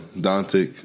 Dante